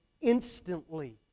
instantly